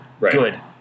good